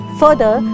further